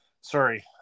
Sorry